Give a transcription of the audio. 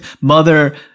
mother